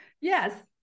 Yes